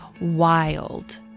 wild